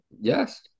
Yes